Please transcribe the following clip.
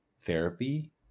therapy